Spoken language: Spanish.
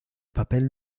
papel